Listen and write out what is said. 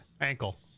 Ankle